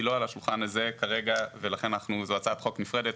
היא לא על השולחן הזה כרגע ולכן זו הצעת חוק נפרדת,